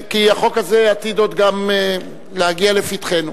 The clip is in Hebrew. כי החוק הזה עתיד עוד גם להגיע לפתחנו.